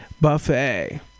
buffet